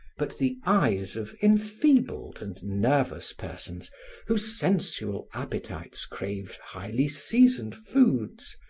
but the eyes of enfeebled and nervous persons whose sensual appetites crave highly seasoned foods,